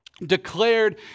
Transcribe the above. declared